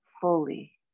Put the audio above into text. fully